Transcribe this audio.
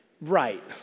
Right